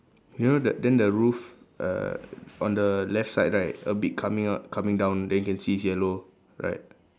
you know the then the roof uh on the left side right a bit coming out coming down then you can see it's yellow right